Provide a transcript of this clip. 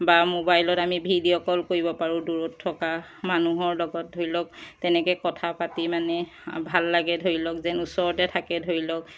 বা মোবাইলত আমি ভিডিঅ' কল কৰিব পাৰোঁ দূৰত থকা মানুহৰ লগত ধৰি লওক তেনেকৈ কথা পাতি মানে ভাল লাগে ধৰি লওক যেন ওচৰতে থাকে ধৰি লওক